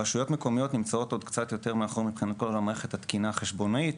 רשויות מקומיות נמצאות קצת מאחור מבחינת מערכת התקינה החשבונאית